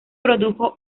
produjo